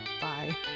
Bye